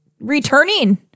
returning